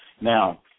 Now